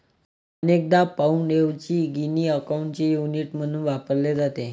अनेकदा पाउंडऐवजी गिनी अकाउंटचे युनिट म्हणून वापरले जाते